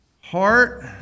heart